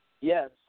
Yes